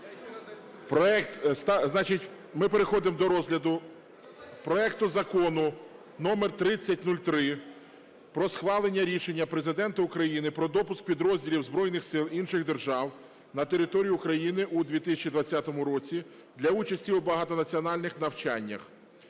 ми переходимо до розгляду проекту Закону номер 3003 про схвалення рішення Президента України про допуск підрозділів збройних сил інших держав на територію України у 2020 році для участі у багатонаціональних навчаннях.